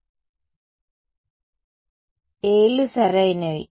q∈Γ Apq uq Bpqvq ep a లు సరైనది